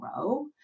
grow